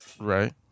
Right